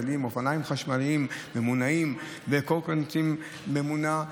אופניים חשמליים וממונעים וקורקינטים ממונעים,